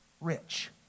rich